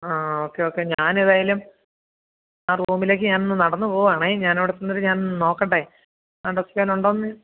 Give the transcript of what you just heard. ആ okay okay ഞാനേതായാലും ആ റൂമിലേക്ക് ഞാനൊന്ന് നടന്നു പോവാണേ ഞാനവിടെ ചെന്നിട്ട് ഞാനൊന്ന് നോക്കട്ടെ ആ ഡെസ്ക്കേലുണ്ടോ എന്ന്